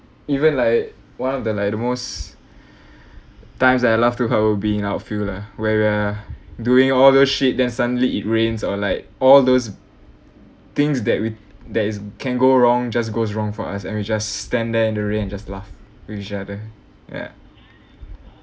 even like one of the like the most times I laugh too hard will be in outfield lah where we are doing all the shit then suddenly it rains or like all those things that we that is can go wrong just goes wrong for us and we just stand there in the rain and just laugh with each other yeah